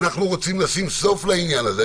ואנחנו רוצים לשים סוף לעניין הזה.